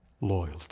loyalty